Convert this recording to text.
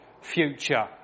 future